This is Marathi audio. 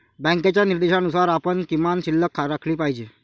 बँकेच्या निर्देशानुसार आपण किमान शिल्लक राखली पाहिजे